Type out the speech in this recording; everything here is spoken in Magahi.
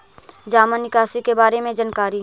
जामा निकासी के बारे में जानकारी?